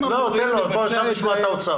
נשמע את האוצר.